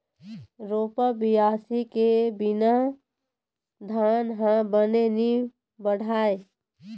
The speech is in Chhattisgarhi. रोपा, बियासी के बिना धान ह बने नी बाढ़य